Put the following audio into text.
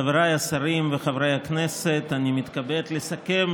חבריי השרים וחברי הכנסת, אני מתכבד לסכם